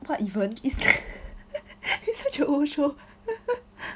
what even is such a old show